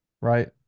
right